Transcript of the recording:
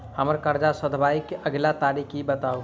हम्मर कर्जा सधाबई केँ अगिला तारीख बताऊ?